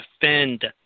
defend